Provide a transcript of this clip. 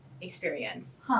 experience